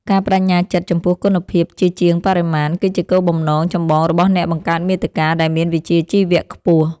ការប្តេជ្ញាចិត្តចំពោះគុណភាពជាជាងបរិមាណ គឺជាគោលបំណងចម្បងរបស់អ្នកបង្កើតមាតិកាដែលមានវិជ្ជាជីវៈខ្ពស់។